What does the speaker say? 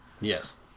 Yes